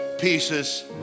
pieces